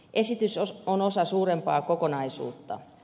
esitys on osa suurempaa kokonaisuutta